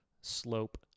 slope